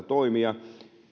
toimia